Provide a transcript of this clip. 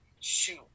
shoot